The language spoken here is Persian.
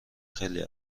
خیلی